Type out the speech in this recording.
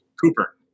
Cooper